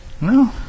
No